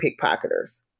pickpocketers